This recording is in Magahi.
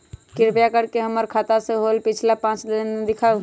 कृपा कर के हमर खाता से होयल पिछला पांच लेनदेन दिखाउ